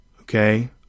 okay